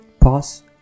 Pause